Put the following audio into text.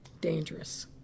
dangerous